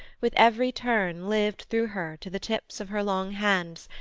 with every turn lived through her to the tips of her long hands,